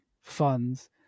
funds